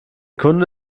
kunde